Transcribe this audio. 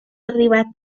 arribar